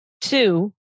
Two